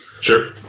Sure